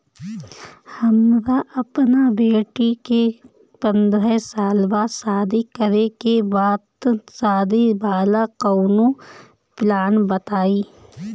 हमरा अपना बेटी के पंद्रह साल बाद शादी करे के बा त शादी वाला कऊनो प्लान बताई?